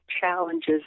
challenges